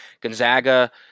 Gonzaga